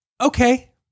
Okay